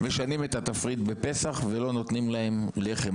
משנים את התפריט בפסח ולא נותנים להם לחם,